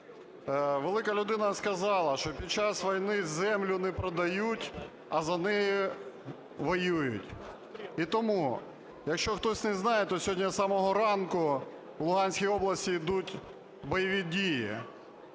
Велика людина сказала, що під час війни землю не продають, а за неї воюють. І тому, якщо хтось не знає, то сьогодні з самого ранку в Луганській області йдуть бойові дії